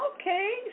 okay